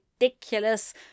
ridiculous